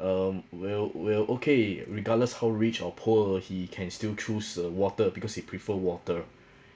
um well well okay regardless how rich or poor he can still choose uh water because they prefer water